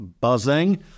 buzzing